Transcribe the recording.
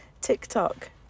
TikTok